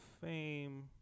Fame